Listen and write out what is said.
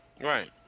Right